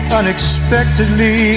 unexpectedly